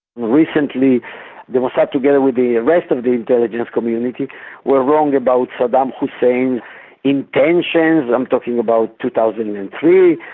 recently the mossad together with the ah rest of the intelligence community were wrong about saddam hussein's intentions. i'm talking about two thousand and three,